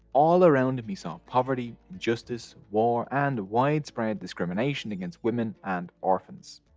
all around him he saw poverty, injustice, war, and widespread discrimination against women and orphans.